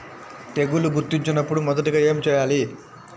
తెగుళ్లు గుర్తించినపుడు మొదటిగా ఏమి చేయాలి?